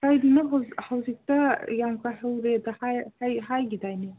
ꯀꯩꯒꯤꯅꯣꯕ ꯍꯧꯖꯤꯛꯇ ꯌꯥꯝ ꯀꯥꯏꯍꯧꯔꯦ ꯍꯥꯏꯒꯤꯗꯥꯏꯅꯦ